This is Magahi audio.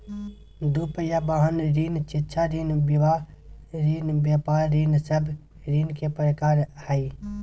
दू पहिया वाहन ऋण, शिक्षा ऋण, विवाह ऋण, व्यापार ऋण सब ऋण के प्रकार हइ